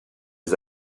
des